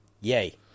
Yay